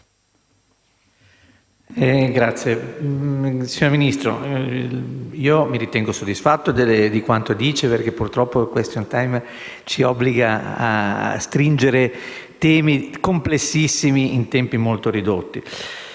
Signor Ministro, mi ritengo soddisfatto di quanto ha detto, anche se purtroppo il *question time* ci obbliga a stringere temi complessissimi in tempi molto ridotti.